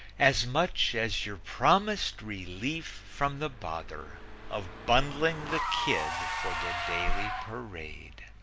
as much as your promised relief from the bother of bundling the kid for the daily parade.